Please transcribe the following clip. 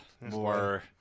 more